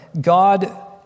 God